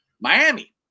Miami